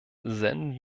senden